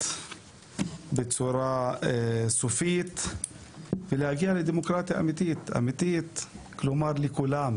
בצורה סופית ולהגיע לדמוקרטיה אמיתית לכולם,